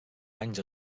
anys